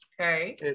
Okay